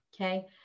okay